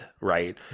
right